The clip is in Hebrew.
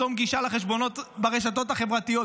לחסום גישה לחשבונות ברשתות החברתיות.